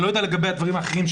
אני לא יודע לגבי הדברים האחרים,